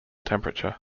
temperature